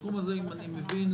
אם אני מבין,